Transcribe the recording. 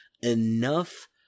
enough